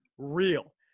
Real